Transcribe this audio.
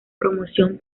promoción